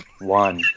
One